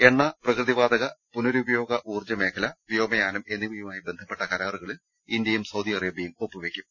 എണ്ണ പ്രകൃതിവാതക പുനരുപയോഗ ഊർജ്ജമേഖല വ്യോമ യാനം എന്നിവയുമായി ബന്ധപ്പെട്ട കരാറുകളിലും ഇന്ത്യയും സൌദി അറേ ബൃയും ഒപ്പുവയ്ക്കും